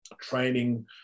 training